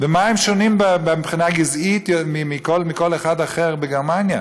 במה הם שונים מבחינה גזעית מכל אחד אחר בגרמניה,